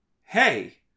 Hey